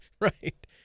right